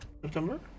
September